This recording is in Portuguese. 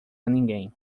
ninguém